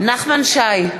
נחמן שי,